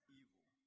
evil